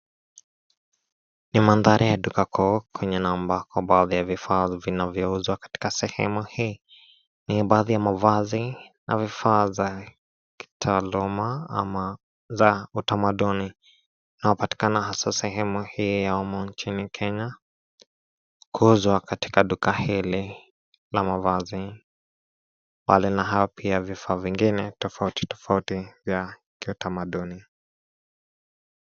Ni mandhari ya duka kubwa ya vifaa vinavyo uzwa sehemu hii. Ni baadhi ya mavazi na vifaa za kitaaluma ama kitamaduni inayopatikana haswa sehemu hii humu nchini Kenya kuuzwa katika duka hili ya mavazi pia na vifaa vingine tofauti tofauti za kitamaduni.